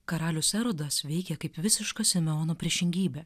karalius erodas veikia kaip visiška simeono priešingybė